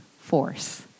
force